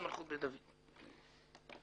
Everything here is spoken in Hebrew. רק הכרתי את מיכאל בתפקידו הקודם,